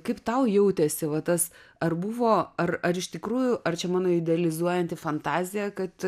kaip tau jautėsi va tas ar buvo ar ar iš tikrųjų ar čia mano idealizuojanti fantazija kad